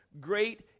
great